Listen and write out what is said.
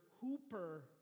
hooper